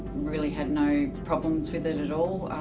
really had no problems with it at all.